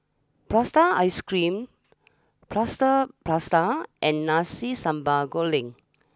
Prata Ice cream Plaster Prata and Nasi Sambal Goreng